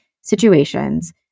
situations